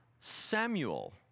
Samuel